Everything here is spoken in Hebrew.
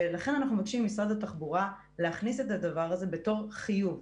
ולכן אנחנו מבקשים ממשרד התחבורה להכניס את הדבר הזה בתור חיוב,